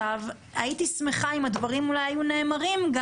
הייתי שמחה אם הדברים אולי היו נאמרים גם